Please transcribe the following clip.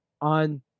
On